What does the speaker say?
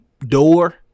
door